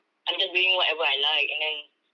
I'm just doing whatever I like and then